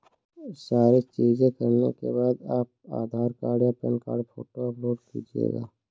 सारी चीजें करने के बाद आप आधार कार्ड या पैन कार्ड फोटो अपलोड कीजिएगा